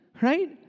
right